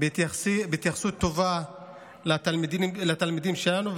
בהתייחסות טובה לתלמידים שלנו,